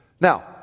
Now